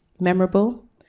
memorable